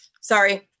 Sorry